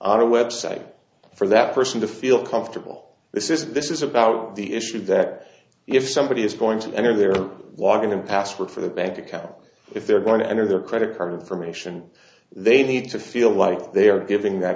on a website for that person to feel comfortable this is this is about the issue that if somebody is going to enter their walking and password for the bank account if they're going to enter their credit card information they need to feel like they are giving that